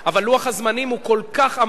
אבל לוח הזמנים הוא כל כך עמוס,